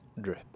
drip